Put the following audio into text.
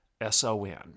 S-O-N